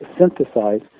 synthesize